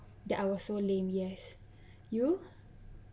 that I was so lame yes you